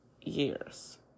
years